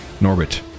Norbit